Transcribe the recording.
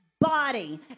body